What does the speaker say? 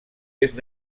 est